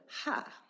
ha